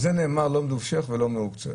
על זה נאמר לא מדובשך ולא מעוקצך.